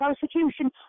persecution